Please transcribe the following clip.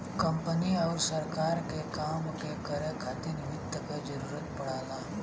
company आउर सरकार के काम के करे खातिर वित्त क जरूरत पड़ला